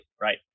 right